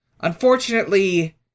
Unfortunately